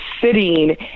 sitting